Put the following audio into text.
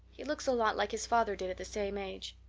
he looks a lot like his father did at the same age.